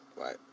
Right